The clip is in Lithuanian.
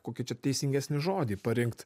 kokį čia teisingesnį žodį parinkt